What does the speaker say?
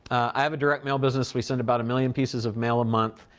i have a direct mail business. we send about a million pieces of mail a month.